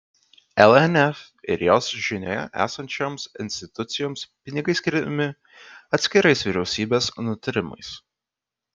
lnf ir jos žinioje esančioms institucijoms pinigai skiriami atskirais vyriausybės nutarimais